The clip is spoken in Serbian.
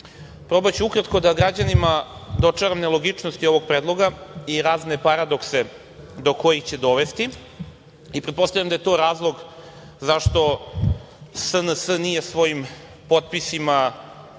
Probaću ukratko da građanima dočaram nelogičnosti ovog predloga i razne paradokse do kojih će dovesti. Pretpostavljam da je to razlog zašto SNS nije svojim potpisima